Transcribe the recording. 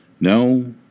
no